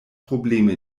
probleme